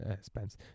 Spence